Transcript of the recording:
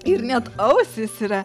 ir net ausys yra